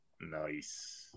nice